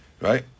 right